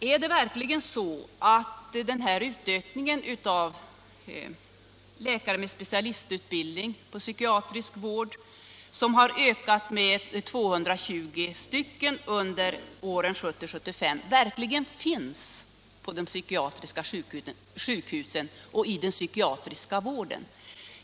Är det verkligen så, att det ökade antalet läkare med specialistutbildning på psykiatrisk vård — antalet har ökat med 220 under åren 1970-1975 — verkligen finns på de psykiatriska sjukhusen och i den psykiatriska vården?